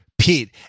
Pete